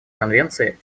конвенции